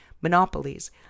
monopolies